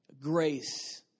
Grace